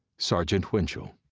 sergeant winchell.